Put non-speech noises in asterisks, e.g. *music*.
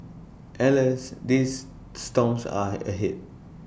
alas these storms are *unintelligible* ahead